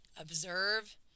observe